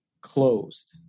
closed